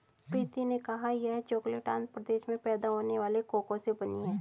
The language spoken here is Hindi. प्रीति ने कहा यह चॉकलेट आंध्र प्रदेश में पैदा होने वाले कोको से बनी है